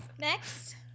Next